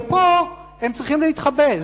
ופה הם צריכים להתחבא,